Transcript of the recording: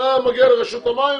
אתה מגיע לרשות המים,